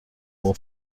will